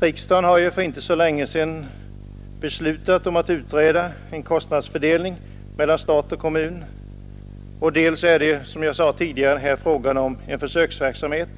Riksdagen har för inte så länge sedan beslutat om att utreda kostnadsfördelningen mellan stat och kommun, men det är ju även som jag sade här tidigare fråga om en försöksverksamhet.